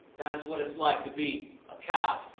that's what it's like to be a cow,